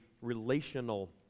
relational